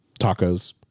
tacos